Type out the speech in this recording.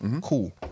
Cool